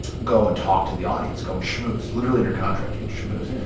go and talk to the audience, go and schmooze literally in your contract, kid schmooze.